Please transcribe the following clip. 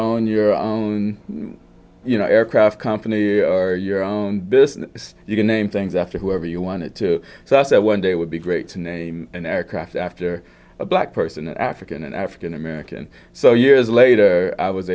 on your own you know aircraft company are your own business you can name things after whoever you wanted to so i said one day would be great to name an aircraft after a black person african and african american so years later i was